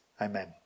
Amen